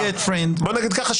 בוא נגיד ככה,